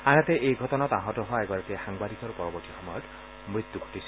আনহাতে এই ঘটনাত আহত হোৱা এগৰাকী সাংবাদিকৰ পৰৱৰ্তী সময়ত মৃত্যু ঘটিছিল